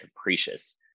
capricious